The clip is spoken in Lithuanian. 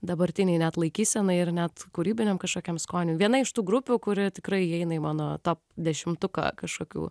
dabartiniai net laikysenai ir net kūrybiniam kažkokiam skoniui viena iš tų grupių kuri tikrai įeina į mano top dešimtuką kažkokių